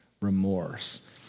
remorse